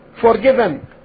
forgiven